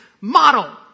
model